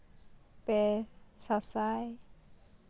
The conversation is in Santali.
ᱯᱮ ᱥᱟᱥᱟᱭ